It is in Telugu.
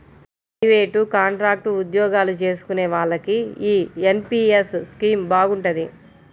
ప్రయివేటు, కాంట్రాక్టు ఉద్యోగాలు చేసుకునే వాళ్లకి యీ ఎన్.పి.యస్ స్కీమ్ బాగుంటది